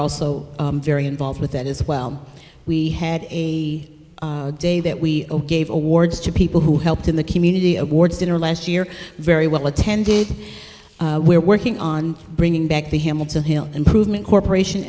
also very involved with that as well we had a day that we gave awards to people who helped in the community awards dinner last year very well attended we're working on bringing back the himmel to hill improvement corporation